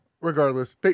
Regardless